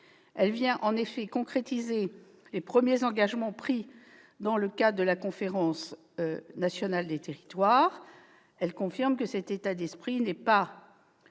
Il vient concrétiser les premiers engagements pris dans le cadre de la Conférence nationale des territoires et confirme que cet état d'esprit n'est pas